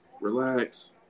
Relax